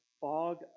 fog